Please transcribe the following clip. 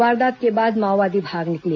वारदात के बाद माओवादी भाग निकले